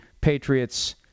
Patriots